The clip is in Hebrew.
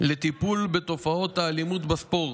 לטיפול בתופעות האלימות בספורט.